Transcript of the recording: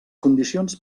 condicions